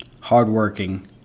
hardworking